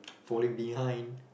falling behind